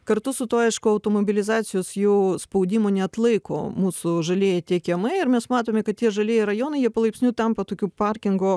kartu su tuo aišku automobilizacijos jau spaudimo neatlaiko mūsų žalieji tie kiemai ir mes matome kad tie žalieji rajonai jie palaipsniui tampa tokiu parkingo